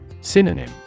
Synonym